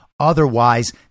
Otherwise